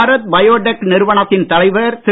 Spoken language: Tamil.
பாரத் பயோடெக் நிறுவனத்தின் தலைவர் திரு